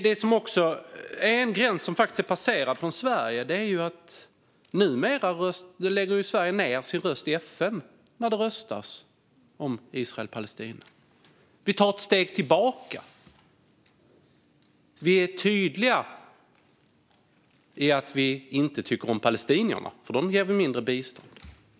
Sverige har redan passerat en gräns eftersom vi numera lägger ned vår röst i FN när det röstas om Israel och Palestina. Vi tar ett steg tillbaka. Vi är tydliga med att vi inte tycker om palestinierna, för dem ger vi mindre i bistånd.